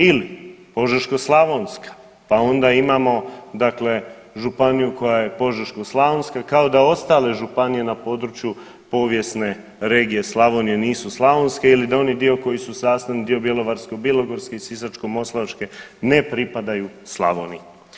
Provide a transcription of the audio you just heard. Ili Požeško-slavonska pa onda imamo dakle, županija koja je Požeško-slavonska, kao da ostale županije na području povijesne regije Slavonije nisu slavonske ili da oni dio koji su sastavni dio Bjelovarko-bilogorske i Sisačko-moslavačke ne pripadaju Slavoniji.